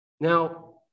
Now